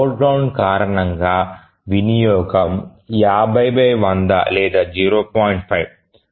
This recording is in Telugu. ఫోర్గ్రౌండ్ కారణంగా వినియోగం 50100 లేదా 0